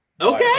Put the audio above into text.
Okay